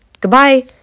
Goodbye